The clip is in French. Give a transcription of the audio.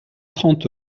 trente